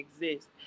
exist